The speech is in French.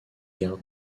garde